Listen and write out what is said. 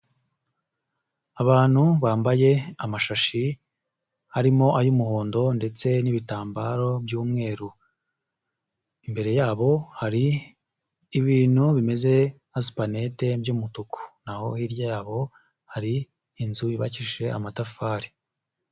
Aantu bambaye amashashi, harimo ay'umuhondo ndetse n'ibitambaro by'umweru, imbere yabo hari ibintu bimeze nka supanete by'umutuku, naho hirya yabo, hari inzu yubakishije amatafari.